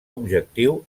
objectiu